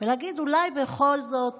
ולהגיד: אולי בכל זאת